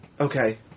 Okay